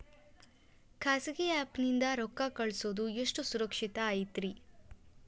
ಖಾಸಗಿ ಆ್ಯಪ್ ನಿಂದ ರೊಕ್ಕ ಕಳ್ಸೋದು ಎಷ್ಟ ಸುರಕ್ಷತಾ ಐತ್ರಿ?